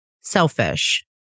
selfish